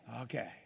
Okay